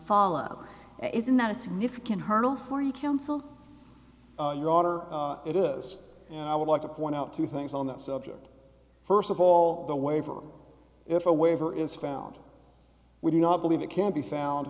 follow isn't that a significant hurdle for you counsel daughter it is and i would like to point out two things on that subject first of all the waiver if a waiver is found we do not believe it can be found